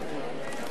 כל טוב.